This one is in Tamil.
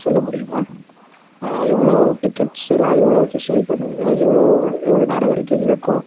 சொல்ல முடியுமா எவ்வளோ டிக்கெட்ஸ்லாம் எவ்வளோக்கி சேல் பண்ணுவீங்க எவ்வளோ எவ்வளோ நேரம் வரைக்கும் இருக்கும்